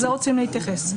לזה רוצים להתייחס.